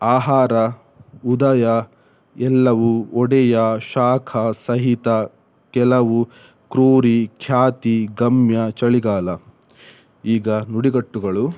ಆಹಾರ ಉದಯ ಎಲ್ಲವು ಒಡೆಯ ಶಾಖ ಸಹಿತ ಕೆಲವು ಕ್ರೂರಿ ಖ್ಯಾತಿ ಗಮ್ಯ ಚಳಿಗಾಲ ಈಗ ನುಡಿಗಟ್ಟುಗಳು